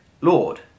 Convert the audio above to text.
Lord